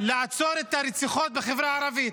לעצור את הרציחות בחברה הערבית.